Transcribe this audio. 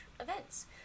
events